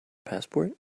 passport